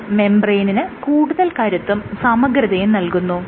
ഇത് മെംബ്രേയ്നിന് കൂടുതൽ കരുത്തും സമഗ്രതയും നൽകുന്നു